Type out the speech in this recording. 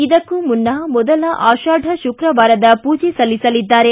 ಇದಕ್ಕೂ ಮುನ್ನ ಮೊದಲ ಆಷಾಢ ಶುಕ್ರವಾರದ ಪೂಜೆ ಸಲ್ಲಿಸಲಿದ್ದಾರೆ